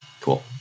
Cool